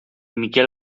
miquel